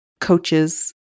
coaches